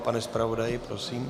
Pane zpravodaji, prosím.